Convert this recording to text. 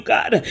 God